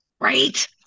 right